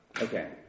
Okay